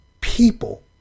people